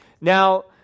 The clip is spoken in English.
Now